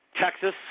Texas